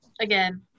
again